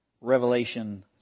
Revelation